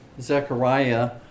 Zechariah